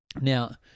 Now